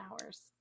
hours